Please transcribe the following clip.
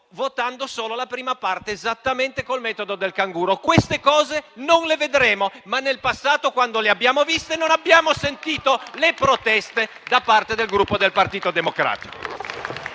votando solo la prima parte, esattamente col metodo del canguro. Queste cose non le vedremo, ma nel passato, quando le abbiamo viste, non abbiamo sentito le proteste da parte del Gruppo Partito Democratico.